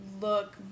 look